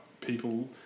people